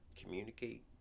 communicate